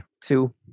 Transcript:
Two